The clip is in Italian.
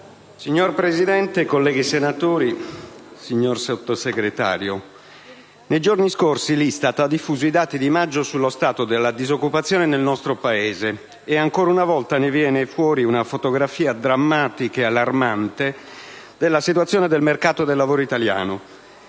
Signor Presidente, colleghi senatori, signor Sottosegretario, nei giorni scorsi l'ISTAT ha diffuso i dati di maggio sullo stato della disoccupazione nel nostro Paese e, ancora una volta, ne viene fuori una fotografia drammatica e allarmante della situazione del mercato del lavoro italiano.